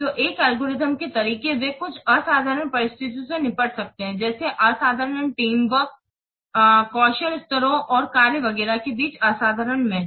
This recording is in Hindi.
तो एक एल्गोरिथ्म के तरीके वे कुछ असाधारण परिस्थितियों से निपट सकते हैं जैसे असाधारण टीम वर्क कौशल स्तरों और कार्य वगैरह के बीच असाधारण मैच